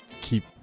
keep